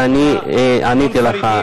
ואני עניתי לך.